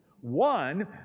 One